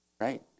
Right